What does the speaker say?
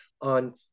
on